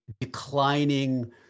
declining